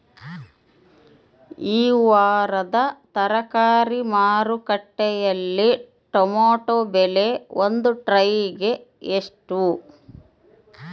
ಈ ವಾರದ ತರಕಾರಿ ಮಾರುಕಟ್ಟೆಯಲ್ಲಿ ಟೊಮೆಟೊ ಬೆಲೆ ಒಂದು ಟ್ರೈ ಗೆ ಎಷ್ಟು?